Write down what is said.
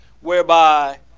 Whereby